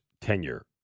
tenure